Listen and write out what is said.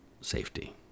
safety